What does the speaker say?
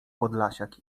podlasiak